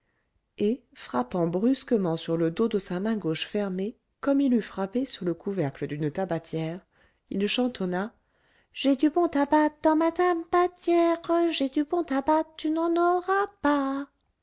et frappant brusquement sur le dos de sa main gauche fermée comme il eût frappé sur le couvercle d'une tabatière il chantonna j'ai du bon tabac dans ma tabatière j'ai du bon tabac tu n'en auras pas